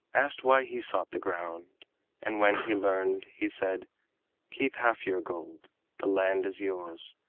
asked why he sought the ground and when he learned, he said keep half your gold the land is yours,